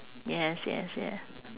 yes yes yeah